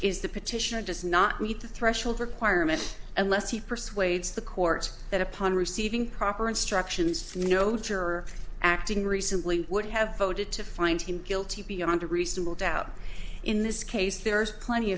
the petition does not meet the threshold requirement unless he persuades the courts that upon receiving proper instructions to the notes are acting recently would have voted to find him guilty beyond a reasonable doubt in this case there's plenty